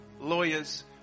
lawyers